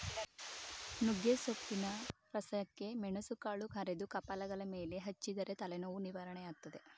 ನುಗ್ಗೆಸೊಪ್ಪಿನ ರಸಕ್ಕೆ ಮೆಣಸುಕಾಳು ಅರೆದು ಕಪಾಲಗಲ ಮೇಲೆ ಹಚ್ಚಿದರೆ ತಲೆನೋವು ನಿವಾರಣೆಯಾಗ್ತದೆ